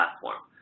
platform